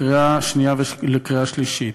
לקריאה שנייה ולקריאה שלישית.